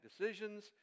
decisions